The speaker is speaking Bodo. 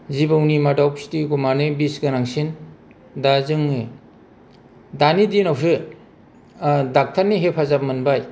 जिबौनि मादाव फिथिगमानो बिस गोनांसिन दा जोङो दानि दिनावसो डक्टरनि हेफाजाब मोनबाय